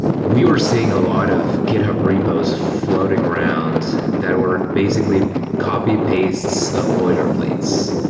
we were seeing a lot of github repos fl oating around that were basically copy-pastes of boiler plates.